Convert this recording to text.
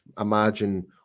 imagine